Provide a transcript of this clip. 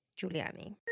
Giuliani